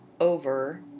over